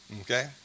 Okay